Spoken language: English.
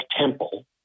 Temple